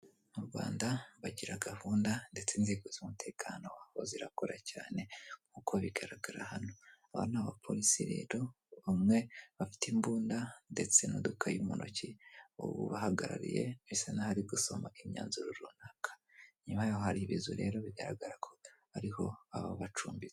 Mu Rwanda bagira gahunda ndetse inzego z'umutekano waho zirakora cyane nkuko bigaragara hano, aba ni abapolisi rero bamwe bafite imbunda ndetse n'udukayi mu ntoki, uwo ubahagarariye bisa naho ari gusoma imyanzuro runaka, inyuma yaho hari ibizu rero bigaragara ko ariho aba bacumbitse.